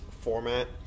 format